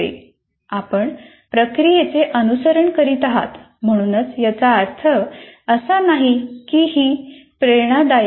आपण प्रक्रियेचे अनुसरण करीत आहात म्हणूनच याचा अर्थ असा नाही की ही प्रेरणादायक नाही